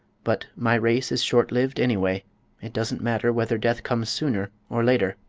but my race is shortlived, anyway it doesn't matter whether death comes sooner or later.